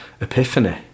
epiphany